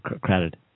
credit